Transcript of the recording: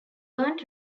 earned